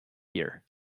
here